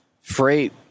Freight